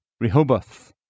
Rehoboth